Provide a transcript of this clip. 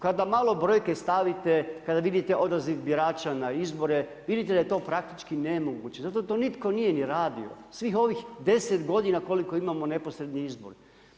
Kada malo brojke stavite, kada vidite odaziv birača na izbore vidite da je to praktički nemoguće, zato to nitko nije ni radio, svih ovih deset godina koliko imamo neposredne izbore.